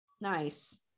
Nice